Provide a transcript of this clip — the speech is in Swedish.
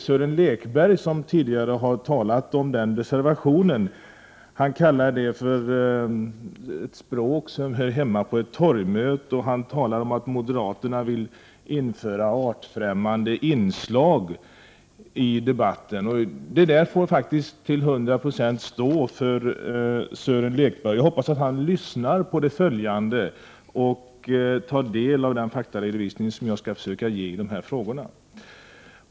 Sören Lekberg, som tidigare har talat om den reservationen, kallar det ett språk som hör hemma på ett torgmöte och menar att moderaterna vill införa artfrämmande inslag i debatten. Det där får faktiskt till 100 92 stå för Sören Lekberg. Jag hoppas att han lyssnar på det följande och tar del av den faktaredovisning som jag skall försöka ge i de här frågorna.